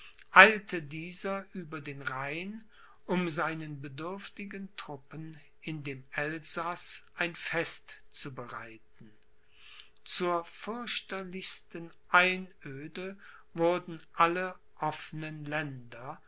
eilte dieser über den rhein um seinen bedürftigen truppen in dem elsaß ein fest zu bereiten zur fürchterlichsten einöde wurden alle offnen länder